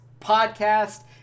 podcast